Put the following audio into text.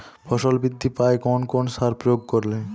ফসল বৃদ্ধি পায় কোন কোন সার প্রয়োগ করলে?